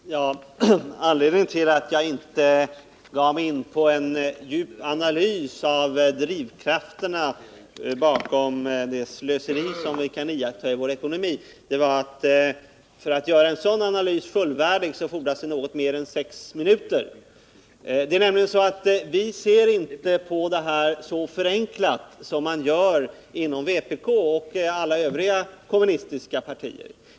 Herr talman! Anledningen till att jag inte gav mig in på en djupanalys av drivkrafterna bakom det slöseri som vi kan iaktta i vår ekonomi var att det för att göra en sådan analys fullvärdig fordras något mer än sex minuter. Vi ser nämligen inte så förenklat på det här som man gör inom vpk och alla övriga kommunistiska partier.